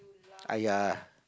!aiya!